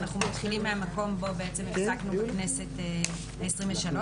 אנחנו מתחילים מהמקום בו בעצם הפסקנו בכנסת ה-23.